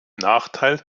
nachteil